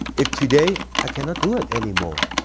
if today, i cannot do it anymore,